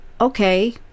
okay